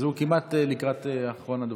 אז אנחנו כמעט לקראת אחרון הדוברים.